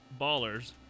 ballers